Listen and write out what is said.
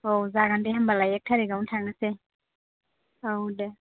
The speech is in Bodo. औ जागोन दे होनबालाय एक थारिकावनो थांनोसै औ दे